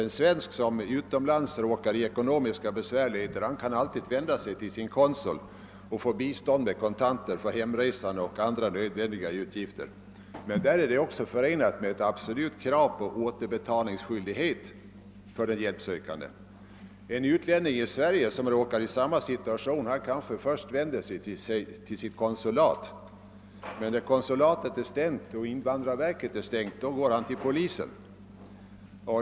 En svensk som råkar i ekonomiska svårigheter utomlands kan alltid vända sig till sin konsul och få bistånd med kontanter för hemresan och för andra nödvändiga utgifter, men den hjälpen är förenad med krav om återbetalningsskyldighet för den hjälpsökande. En utlänning som här i Sverige råkar i samma situation vänder sig kanske först till sitt konsulat, men om detta är stängt och om även invandrarverket är stängt, så går han till polisen.